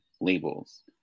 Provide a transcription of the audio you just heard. labels